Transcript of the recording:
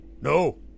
No